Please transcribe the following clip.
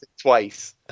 twice